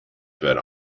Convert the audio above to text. fed